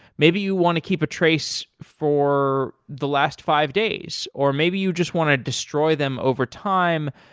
maybe you want to keep a trace for the last five days, or maybe you just want to destroy them over time.